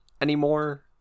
anymore